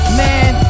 man